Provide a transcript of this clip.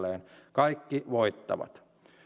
kaikki voittavat